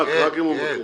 כן, רק אם הוא מבקש.